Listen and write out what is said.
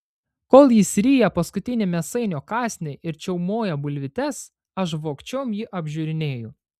kol jis ryja paskutinį mėsainio kąsnį ir čiaumoja bulvytes aš vogčiom jį apžiūrinėju